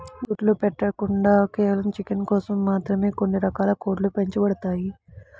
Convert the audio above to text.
గుడ్లు పెట్టకుండా కేవలం చికెన్ కోసం మాత్రమే కొన్ని రకాల కోడ్లు పెంచబడతాయి